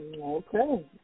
Okay